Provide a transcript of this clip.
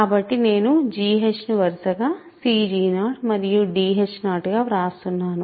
కాబట్టి నేను gh ను వరుసగా cg0 మరియు dh0 గా వ్రాస్తున్నాను